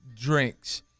drinks